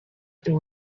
and